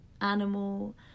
animal